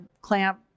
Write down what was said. clamp